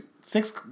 Six